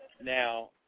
now